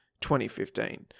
2015